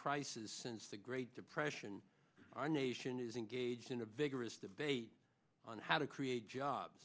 crisis since the great depression our nation is engaged in a vigorous debate on how to create jobs